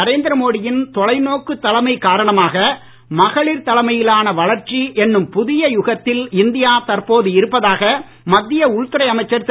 நரேந்திர மோடியின் தொலைநோக்குத் தலைமை காரணமாக மகளிர் தலைமையிலான வளர்ச்சி என்னும் புதிய யுகத்தில் இந்தியா தற்போது இருப்பதாக மத்திய உள்துறை அமைச்சர் திரு